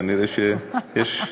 כנראה יש,